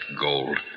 gold